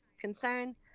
concern